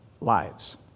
lives